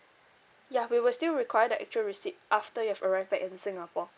ya we will still require the actual receipt after you've arrive back in singapore